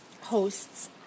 hosts